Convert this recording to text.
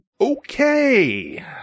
okay